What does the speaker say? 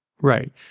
right